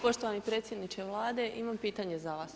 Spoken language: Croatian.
Poštovani predsjedniče Vlade, imam pitanje za vas.